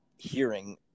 hearing